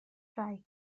rai